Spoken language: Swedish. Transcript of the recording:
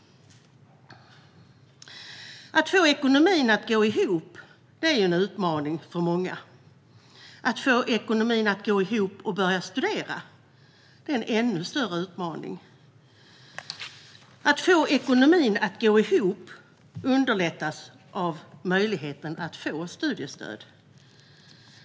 Att få ekonomin att gå ihop är en utmaning för många. Att få ekonomin att gå ihop och börja studera är en ännu större utmaning. Att få ekonomin att gå ihop underlättas av möjligheten att få studiestöd.